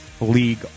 league